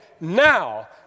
now